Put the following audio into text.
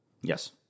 Yes